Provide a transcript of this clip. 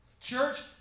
Church